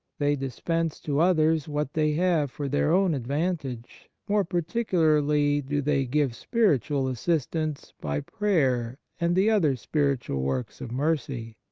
they dispense to others what they have for their own advantage more particularly do they give spiritual assistance by prayer and the other spiritual works of mercy.